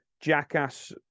Jackass